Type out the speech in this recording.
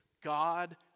God